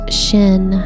shin